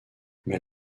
mais